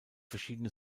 verschiedene